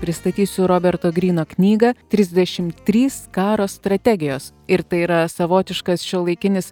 pristatysiu roberto gryno knygą trisdešim trys karo strategijos ir tai yra savotiškas šiuolaikinis